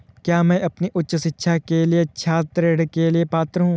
क्या मैं अपनी उच्च शिक्षा के लिए छात्र ऋण के लिए पात्र हूँ?